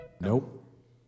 Nope